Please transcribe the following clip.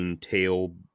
tail